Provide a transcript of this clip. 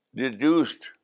deduced